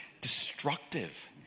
destructive